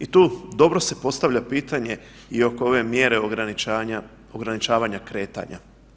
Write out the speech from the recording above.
I tu dobro se postavlja pitanje i oko ove mjere ograničavanja kretanja.